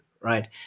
right